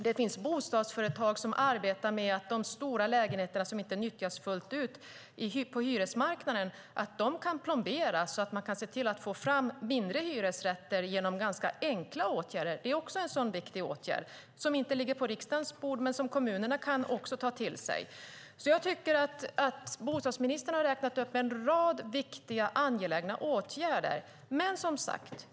Det finns bostadsföretag som arbetar med att de stora lägenheterna på hyresmarknaden som inte nyttjas fullt ut kan plomberas. På så sätt kan man med ganska enkla åtgärder få fram mindre hyresrätter. Det är en viktig åtgärd. Den ligger inte på riksdagens bord, men kommunerna kan ta till sig det. Bostadsministern har alltså räknat upp en rad angelägna åtgärder.